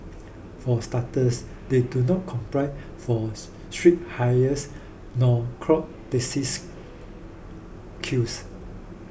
for starters they do not force street hires nor clog taxi's queues